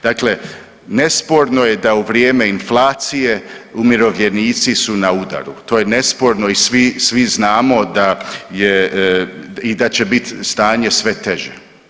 Dakle, nesporno je da u vrijeme inflacije, umirovljenici su na udaru, to je nesporno i svi znamo da je i da će bit stanje sve teže.